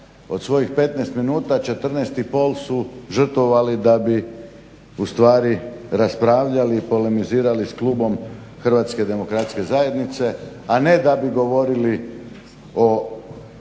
od svojih 15 minuta 14,5 su žrtvovali da bi ustvari raspravljali i polemizirali s klubom HDZ-a, ne da bi govorili o